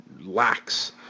lacks